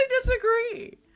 disagree